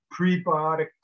prebiotic